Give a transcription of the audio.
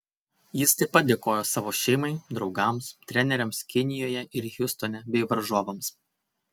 jis taip pat dėkojo savo šeimai draugams treneriams kinijoje ir hjustone bei varžovams